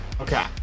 okay